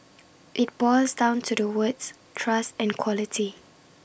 IT boils down to the words trust and quality